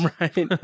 Right